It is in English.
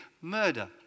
murder